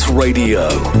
Radio